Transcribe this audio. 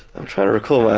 i'm trying to recall.